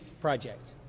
Project